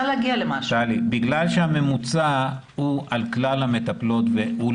בגלל שהממוצע הוא על כלל המטפלות והתעריף